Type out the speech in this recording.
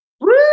Woo